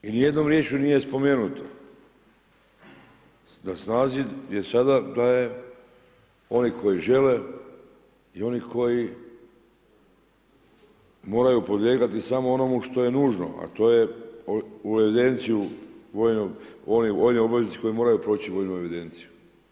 I ni jednom riječju nije spomenuto, da na snazi, koja sada traje, oni koji žele i oni koji moraju podlijegati samo onome što je nužno, a to je u evidenciju vojni obavezanici koji moraju proći vojnu evidenciju.